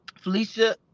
Felicia